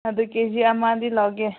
ꯑꯗꯨ K G ꯑꯃꯗꯤ ꯂꯧꯒꯦ